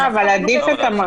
עדיף את המרחיב, איתן.